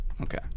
Okay